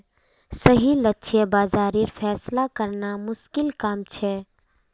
सही लक्ष्य बाज़ारेर फैसला करना मुश्किल काम छे